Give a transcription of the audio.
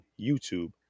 YouTube